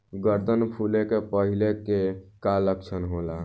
गर्दन फुले के पहिले के का लक्षण होला?